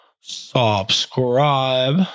subscribe